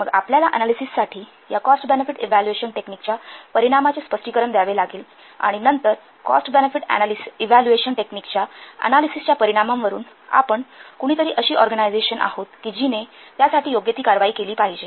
मग आपल्याला अनालिसिससाठी या कॉस्ट बेनेफिट इव्हॅल्युएशन टेक्निकच्या परिणामाचे स्पष्टीकरण द्यावे लागेल आणि नंतर कॉस्ट बेनेफिट इव्हॅल्युएशन टेक्निकच्या अनालिसिसच्या परिणामांवरून आपण कुणीतरी अशी ऑर्गनायझेशन आहोत कि जिने त्यासाठी योग्य ती कारवाई केली पाहिजे